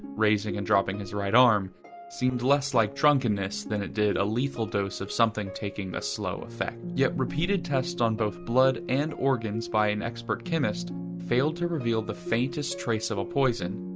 raising and dropping his right arm seemed less like drunkenness than it did a lethal dose of something taking a slow effect. yet repeated tests on both blood and organs by an expert chemist failed to reveal the faintest trace of a poison.